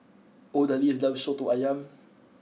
Odalis loves Soto Ayam